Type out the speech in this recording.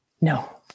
No